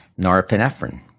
norepinephrine